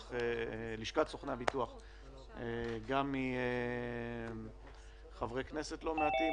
ולשכת סוכני הביטוח וגם מחברי כנסת לא מעטים.